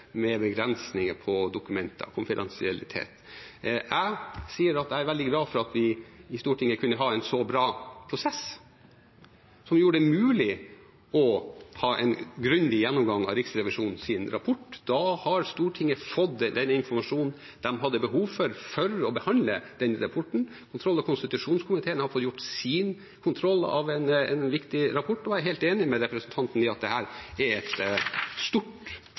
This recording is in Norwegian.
veldig glad for at vi i Stortinget kunne ha en så bra prosess, som gjorde det mulig å ha en grundig gjennomgang av Riksrevisjonens rapport. Da har Stortinget fått den informasjonen de hadde behov for, for å behandle denne rapporten. Kontroll- og konstitusjonskomiteen har fått gjort sin kontroll av en viktig rapport. Jeg er helt enig med representanten i at dette er et stort